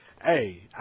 hey